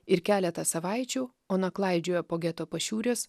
ir keletą savaičių ona klaidžiojo po geto pašiūres